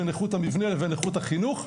בין איכות המבנה לבין איכות החינוך.